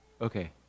Okay